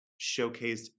showcased